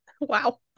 Wow